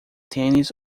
tênis